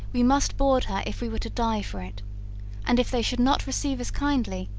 we must board her if we were to die for it and, if they should not receive us kindly,